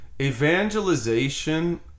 evangelization